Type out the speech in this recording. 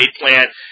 plant